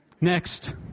Next